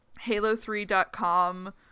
Halo3.com